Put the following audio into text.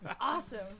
Awesome